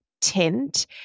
tint